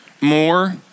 more